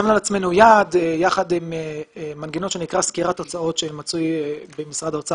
שמנו לעצמנו יעד יחד עם מנגנון שנקרא סקירת הוצאות שמצוי במשרד האוצר